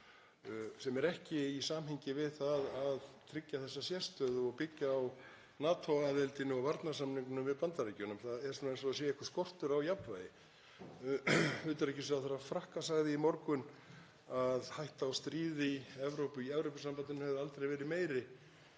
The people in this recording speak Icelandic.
sem er ekki í samhengi við það að tryggja þessa sérstöðu og byggja á NATO-aðildinni og varnarsamningnum við Bandaríkin. Það er eins og það sé einhver skortur á jafnvægi. Utanríkisráðherra Frakka sagði í morgun að hætta á stríði í Evrópu, í Evrópusambandinu, hefði aldrei verið meiri.